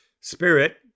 spirit